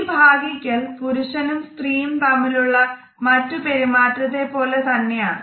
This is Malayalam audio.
ഈ ഭാഗിക്കൽ പുരുഷനും സ്ത്രീയും തമ്മിലുള്ള മറ്റ് പെരുമാറ്റത്തെ പോലെ തന്നെയാണ്